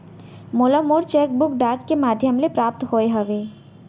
मोला मोर cheque book डाक के मध्याम ले प्राप्त होय हवे